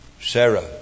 Sarah